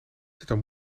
zitten